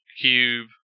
cube